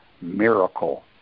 miracle